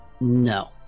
No